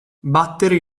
battere